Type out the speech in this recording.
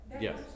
Yes